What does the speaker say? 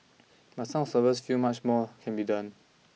but some observers feel much more can be done